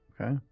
Okay